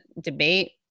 debate